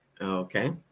Okay